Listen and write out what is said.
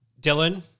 Dylan